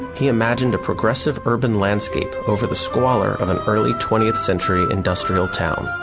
he imagined a progressive urban landscape over the squalor of an early twentieth century industrial town.